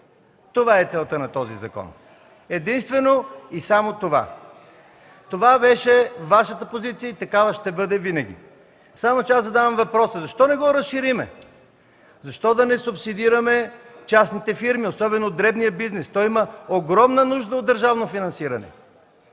Това е целта на този закон. Единствено и само това! Това беше Вашата позиция, такава ще бъде винаги. Само че аз задавам въпроса – защо не го разширим, защо да не субсидираме и частните фирми, особено дребния бизнес? Той има огромна нужда от държавно финансиране?!